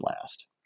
last